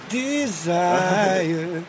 desire